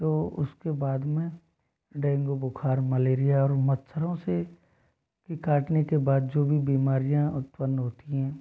तो उसके बाद में डेंगू बुखार मलेरिया और मच्छरों से के काटने के बाद जो भी बीमारियाँ उत्पन्न होती हैं